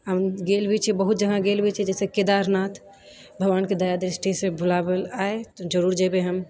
हम गेल भी छिए बहुत जगह गेल भी छिए जैसे केदारनाथ भगवानके दयादृष्टिसे बुलाओल आए जरूर जएबे हम